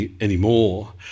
anymore